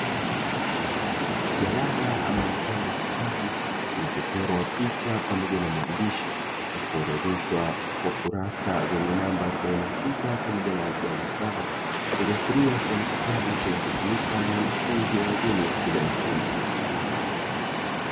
Jarada ama mfano wa kitabu kilichochorwa picha pamoja na maandishi na kuorodheshwa kwa kurasa zenye namba arubaini na sita, pamoja na arubaini na saba ikiashiria kuwa ni kitabu kinachotumika na wanafunzi wa elimu ya shule ya msingi.